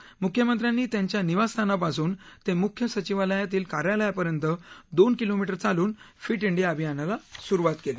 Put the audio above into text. म्ख्यमंत्र्यांनी त्यांच्या निवासस्थानापासून ते म्ख्य सचिवालयातील कार्यालयापर्यंत दोन किलोमीटर चालून फिट इंडिया अभियानाची स्रुवात केली